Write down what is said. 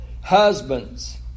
Husbands